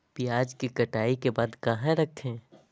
प्याज के कटाई के बाद कहा रखें?